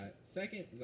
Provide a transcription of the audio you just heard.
second